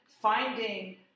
finding